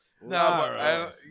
no